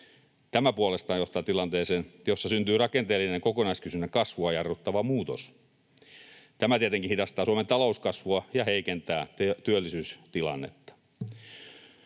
Tämä puolestaan johtaa tilanteeseen, jossa syntyy rakenteellinen kokonaiskysynnän kasvua jarruttava muutos. Tämä tietenkin hidastaa Suomen talouskasvua ja heikentää työllisyystilannetta.